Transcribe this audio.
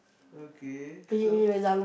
okay so